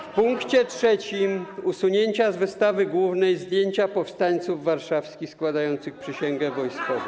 W punkcie trzecim - usunięcia z wystawy głównej zdjęcia powstańców warszawskich składających przysięgę wojskową.